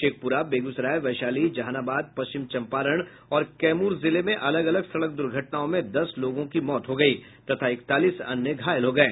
शेखपुरा बेगूसराय वैशाली जहानाबाद पश्चिम चंपारण और कैमूर जिले में अलग अलग सड़क दुर्घटनाओं में दस लोगों की मौत हो गयी तथा इकतालीस अन्य घायल हो गये